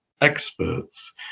experts